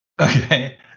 Okay